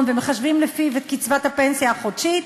ומחשבים לפיו את קצבת הפנסיה החודשית,